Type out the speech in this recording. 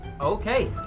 Okay